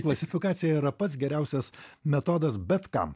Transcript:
klasifikacija yra pats geriausias metodas bet kam